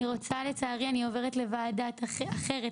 לצערי אני עוברת לוועדה אחרת,